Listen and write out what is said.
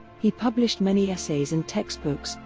he published many essays and textbooks,